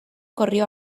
corrió